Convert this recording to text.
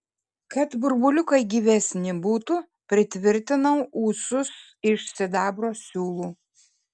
kad burbuliukai gyvesni būtų pritvirtinau ūsus iš sidabro siūlų